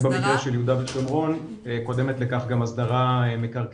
ובמקרה של יו"ש קודמת לכך גם הסדרה מקרקעין.